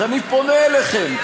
אז אני פונה אליכם,